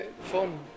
fun